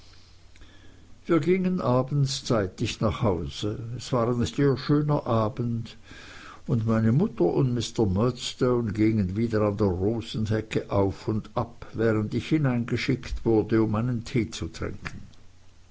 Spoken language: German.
wir gingen abends zeitig nach hause es war ein sehr schöner abend und meine mutter und mr murdstone gingen wieder an der rosenhecke auf und ab während ich hineingeschickt wurde um meinen tee zu trinken